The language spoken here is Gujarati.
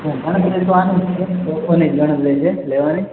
ગણતરી તો આની જ છે પોકોની જ ગણતરી છે લેવાની